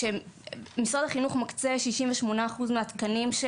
משרד החינוך מקצה 68 אחוז מהתקנים של